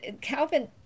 Calvin